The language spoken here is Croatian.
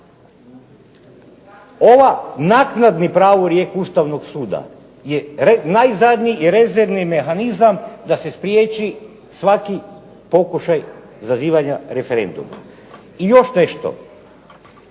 Ovaj naknadni pravorijek Ustavnog suda je najzadnji i rezervni mehanizam da se spriječi svaki pokušaj zazivanja referenduma. I još nešto.